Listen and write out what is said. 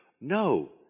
no